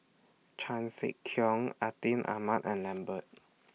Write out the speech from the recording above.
Chan Sek Keong Atin Amat and Lambert